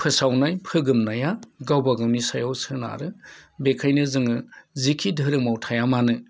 फेसेवनाया फोगोमनाया गावबागावनि सायाव सोनारो बेखायनो जोङो जिखि धोरोमाव थाया मानो